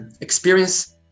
experience